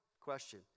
question